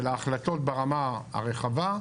של ההחלטות ברמה הרחבה.